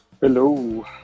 Hello